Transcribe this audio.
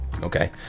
okay